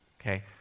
Okay